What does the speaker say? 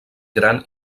gran